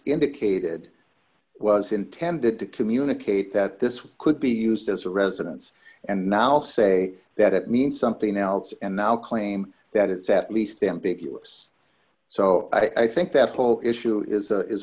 indicated was intended to communicate that this could be used as a residence and now say that it means something else and now claim that it's at least ambiguous so i think that whole issue is a is